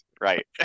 Right